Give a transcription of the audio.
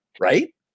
right